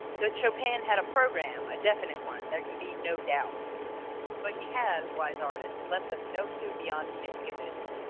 that chopin had a programme, a definite one, there can be no doubt but he has, wise artist, left us no clue beyond mickiewicz's,